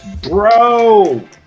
Bro